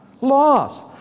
Loss